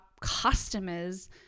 customers